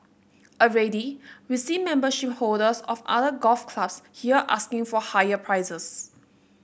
already we see membership holders of other golf clubs here asking for higher prices